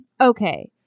okay